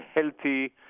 healthy